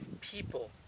people